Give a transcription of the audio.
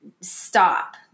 stop